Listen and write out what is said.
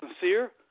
sincere